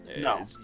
No